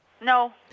No